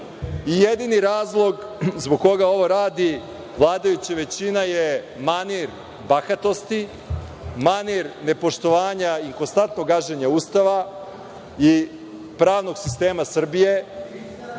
jedini razlog zbog koga ovo radi vladajuća većina je manir bahatosti, manir nepoštovanja i konstantnog gaženja Ustava i pravnog sistema Srbije,